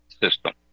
system